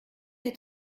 est